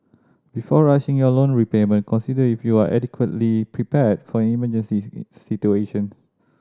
before rushing your loan repayment consider if you are adequately prepared for emergencies situation